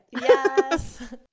Yes